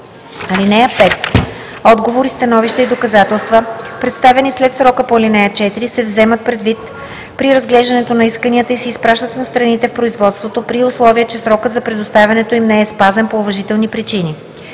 за спора. (5) Отговори, становища и доказателства, представени след срока по ал. 4, се вземат предвид при разглеждането на исканията и се изпращат на страните в производството, при условие че срокът за предоставянето им не е спазен по уважителни причини.